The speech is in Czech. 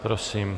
Prosím.